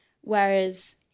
Whereas